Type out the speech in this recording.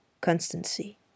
constancy